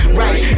right